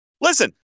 Listen